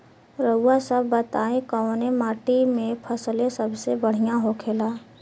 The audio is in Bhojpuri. रउआ सभ बताई कवने माटी में फसले सबसे बढ़ियां होखेला?